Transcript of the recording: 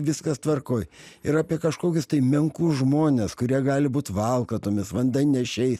viskas tvarkoj ir apie kažkokius menkus žmones kurie gali būt valkatomis vandanešiais